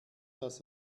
dass